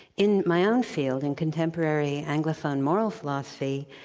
in my own field, in contemporary anglophone moral philosophy,